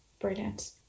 brilliant